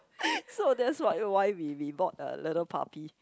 so that's why why we we bought a little puppy